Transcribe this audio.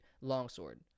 longsword